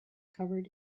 covered